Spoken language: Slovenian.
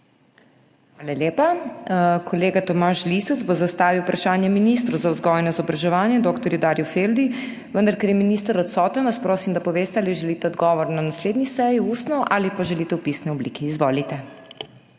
Hvala lepa. Kolega Tomaž Lisec bo zastavil vprašanje ministru za vzgojo in izobraževanje dr. Darju Feldi. Ker je minister odsoten, vas prosim, da poveste, ali želite odgovor na naslednji seji ustno ali ga želite v pisni obliki. Izvolite.